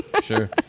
sure